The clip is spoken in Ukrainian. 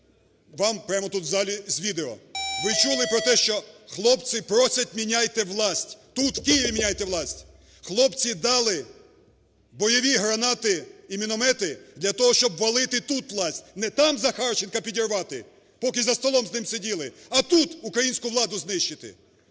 вам прямо тут, в залі, з відео. Ви чули про те, що хлопці просять "міняйте власть, тут, в Києві, міняйте власть". Хлопці дали бойові гранати і міномети для того, щоб валити тут власть, не там Захарченка підірвати, поки за столом з ним сиділи, а тут українську владу знищити.